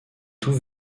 tout